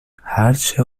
هرچه